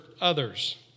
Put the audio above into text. others